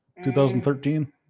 2013